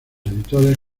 editores